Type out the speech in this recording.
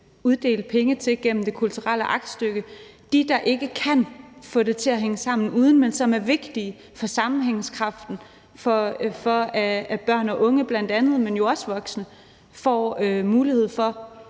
uddelt penge til gennem det kulturelle aktstykke – dem, der ikke kan få det til at hænge sammen uden, men som er vigtige for sammenhængskraften, og for at bl.a. børn og unge, men jo også voksne får mulighed for